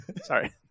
Sorry